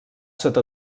sota